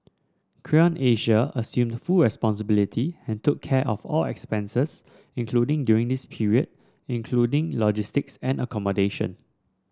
Creon Asia assumed full responsibility and took care of all expenses including during this period including logistics and accommodation